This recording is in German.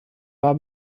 war